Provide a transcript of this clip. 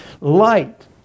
Light